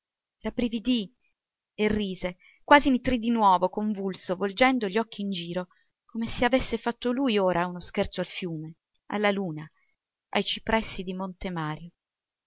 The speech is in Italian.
addosso rabbrividì e rise quasi nitrì di nuovo convulso volgendo gli occhi in giro come se avesse fatto lui ora uno scherzo al fiume alla luna ai cipressi di monte mario